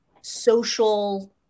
social